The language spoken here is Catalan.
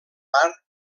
part